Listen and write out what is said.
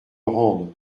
rende